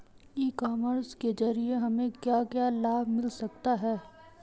ई commerce के ज़रिए हमें क्या क्या लाभ मिल सकता है?